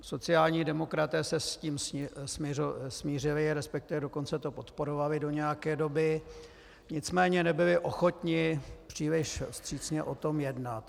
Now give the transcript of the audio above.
Sociální demokraté se s tím smířili, resp. dokonce to podporovali do nějaké doby, nicméně nebyli ochotni příliš vstřícně o tom jednat.